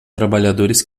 trabalhadores